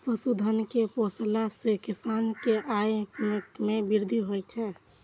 पशुधन कें पोसला सं किसान के आय मे वृद्धि होइ छै